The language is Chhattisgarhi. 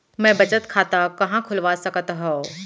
मै बचत खाता कहाँ खोलवा सकत हव?